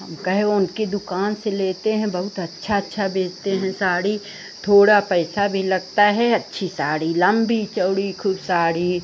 हम कहे उनकी दुकान से लेते हैं बहुत अच्छी अच्छी बेचते हैं साड़ी थोड़ा पैसा भी लगता है अच्छी साड़ी लम्बी चौड़ी ख़ूब साड़ी